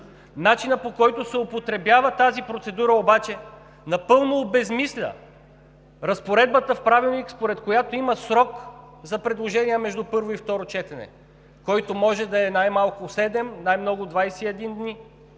Начинът, по който се употребява тази процедура обаче, напълно обезсмисля разпоредбата в Правилника, според която има срок за предложения между първо и второ четене, който може да е най-малко седем, най-много двадесет